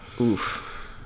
Oof